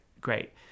great